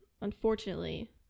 unfortunately